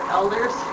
elders